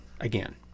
again